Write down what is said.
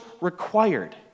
required